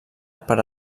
per